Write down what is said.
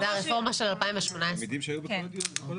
זה הרפורמה של 2018. זהו.